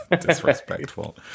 disrespectful